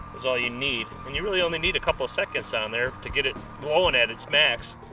is all you need. and you really only need a couple seconds on there to get it glowing at it's max.